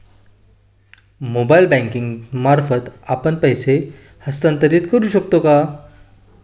Mobile banking मार्फत आपण पैसे हस्तांतरण करू शकतो का?